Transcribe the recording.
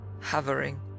hovering